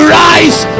rise